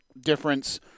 difference